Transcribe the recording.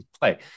play